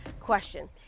question